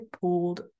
pulled